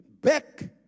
back